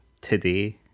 today